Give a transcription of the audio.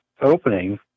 opening